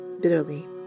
bitterly